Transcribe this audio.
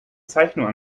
zeichnung